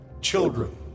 children